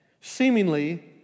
seemingly